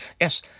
Yes